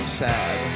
sad